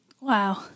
Wow